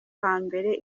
hambere